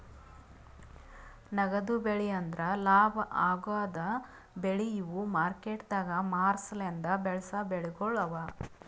ನಗದು ಬೆಳಿ ಅಂದುರ್ ಲಾಭ ಆಗದ್ ಬೆಳಿ ಇವು ಮಾರ್ಕೆಟದಾಗ್ ಮಾರ ಸಲೆಂದ್ ಬೆಳಸಾ ಬೆಳಿಗೊಳ್ ಅವಾ